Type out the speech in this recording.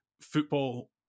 football